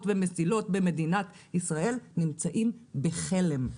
ומסילות במדינת ישראל נמצאים בחלם.